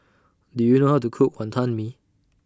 Do YOU know How to Cook Wonton Mee